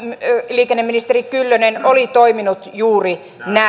liikenneministeri kyllönen oli toiminut juuri näin nyt